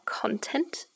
content